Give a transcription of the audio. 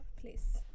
Please